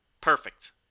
Perfect